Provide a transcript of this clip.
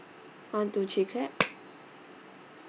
one two three clap